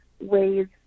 ways